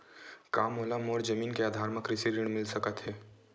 का मोला मोर जमीन के आधार म कृषि ऋण मिल सकत हे?